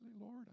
Lord